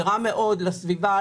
זה רע מאוד לסביבה,